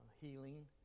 healing